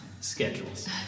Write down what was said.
schedules